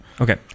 Okay